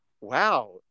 wow